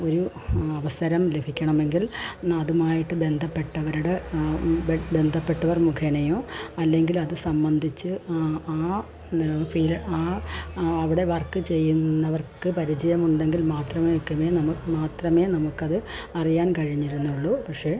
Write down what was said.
ഒരു അവസരം ലഭിക്കണമെങ്കിൽ അതുമായിട്ട് ബന്ധപ്പെട്ടവരുടെ ബന്ധപ്പെട്ടവർ മുഖേനയോ അല്ലെങ്കിൽ അത് സംബന്ധിച്ചു ആ ഫീല് ആ അവിടെ വർക്ക് ചെയ്യുന്നവർക്ക് പരിചയമുണ്ടെങ്കിൽ മാത്രമേ ഇതിനെ നമുക്ക് മാത്രമേ നമുക്ക് അത് അറിയാൻ കഴിഞ്ഞിരുന്നുള്ളു പക്ഷെ